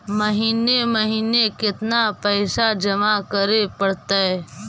महिने महिने केतना पैसा जमा करे पड़तै?